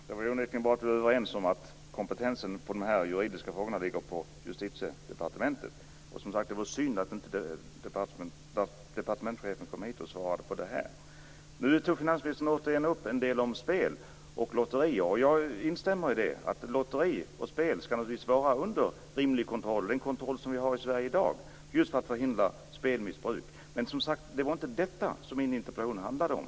Fru talman! Det är onekligen bra att vi är överens om att kompetensen i de här juridiska frågorna ligger på Justitiedepartementet. Det var synd att inte departementschefen kom hit och svarade på detta. Finansministern tog återigen upp en del om spel och lotterier. Jag instämmer i att lotterier och spel naturligtvis skall vara under rimlig kontroll, en sådan kontroll som vi har i Sverige i dag för att förhindra spelmissbruk. Men det var inte detta som min interpellation handlade om.